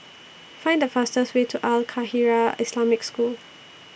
Find The fastest Way to Al Khairiah Islamic School